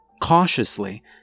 Cautiously